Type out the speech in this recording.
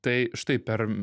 tai štai per